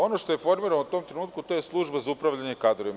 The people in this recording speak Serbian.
Ono što je formirano u tom trenutku je služba za upravljanje kadrovima.